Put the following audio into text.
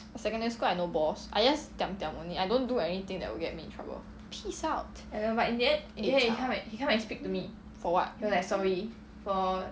secondary school I no balls I just diam diam only I don't do anything that will get me in trouble peace out for what